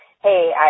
Hey